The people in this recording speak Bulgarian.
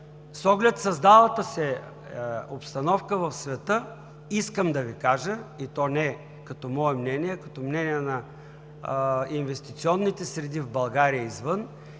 С оглед създалата се обстановка в света искам да Ви кажа, и то не като мое мнение, а като мнение на инвестиционните среди в България и извън,